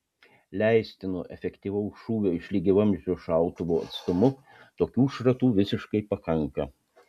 leistino efektyvaus šūvio iš lygiavamzdžio šautuvo atstumu tokių šratų visiškai pakanka